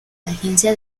agencia